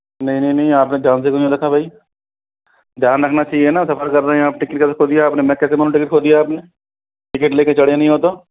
नहीं नहीं नहीं अपने ध्यान से क्यों नहीं रखा भाई ध्यान रखना चाहिए ना सफर कर रहे हैं आप टिकट कैसे खो दिया आपने मैं कैसे मान लूं टिकट खो दिया आपने टिकट लेके चढ़े नहीं हो तो